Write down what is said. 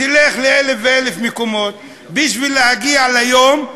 תלך לאלף ועוד אלף מקומות בשביל להגיע ליום,